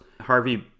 Harvey